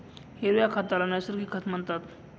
हिरव्या खताला नैसर्गिक खत म्हणतात